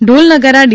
ઢોલ નગારા ડી